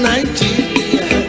Nigeria